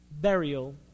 burial